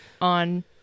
on